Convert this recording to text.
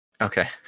Okay